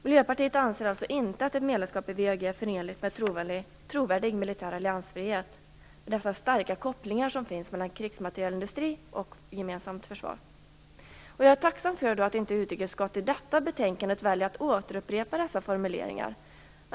Miljöpartiet anser alltså inte att ett medlemskap i WEAG är förenligt med en trovärdig militär alliansfrihet med de starka kopplingar som finns mellan krigsmaterielindustri och ett gemensamt försvar. Jag är tacksam för att inte utrikesutskottet i detta betänkande väljer att återupprepa dessa formuleringar.